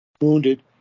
wounded